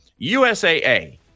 USAA